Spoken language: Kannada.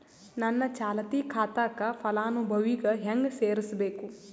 ನನ್ನ ಚಾಲತಿ ಖಾತಾಕ ಫಲಾನುಭವಿಗ ಹೆಂಗ್ ಸೇರಸಬೇಕು?